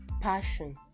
passion